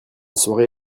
soirée